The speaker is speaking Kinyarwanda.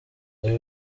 ibi